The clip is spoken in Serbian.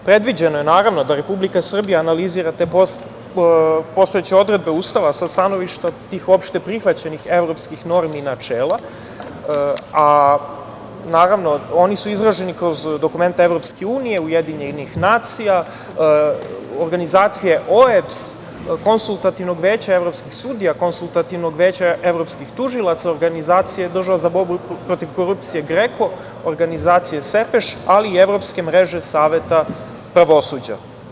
Predviđeno je naravno, da Republika Srbija analizira te postojeće odredbe Ustava sa stanovišta tih opšte prihvaćenih evropskih normi i načela, a naravno, oni su izraženi kroz dokumenta EU, UN, organizacije OEBS-a, Konsultativnog veća evropskih sudija, Konsultativnog veća evropskih tužilaca, organizacije države za borbu protiv korupcije GREKO, organizacije SEPEŠ, ali i Evropske mreže saveta pravosuđa.